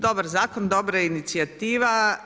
Dobar zakon, dobra inicijativa.